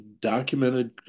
documented